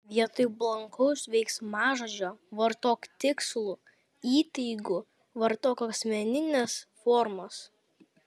vietoj blankaus veiksmažodžio vartok tikslų įtaigų vartok asmenines formas